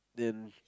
then